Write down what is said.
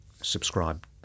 subscribe